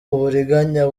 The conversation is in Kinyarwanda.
uburiganya